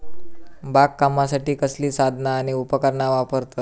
बागकामासाठी कसली साधना आणि उपकरणा वापरतत?